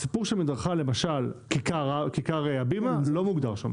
הסיפור של מדרכה, למשל כיכר הבימה, לא מוגדר שם.